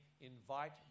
invite